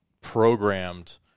programmed